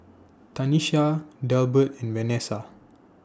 Tanesha Delbert and Vanessa